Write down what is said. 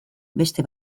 beste